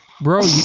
Bro